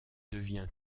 devient